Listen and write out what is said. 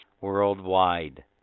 worldwide